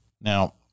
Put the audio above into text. Now